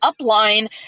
upline